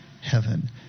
heaven